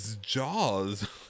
jaws